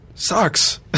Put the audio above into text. Sucks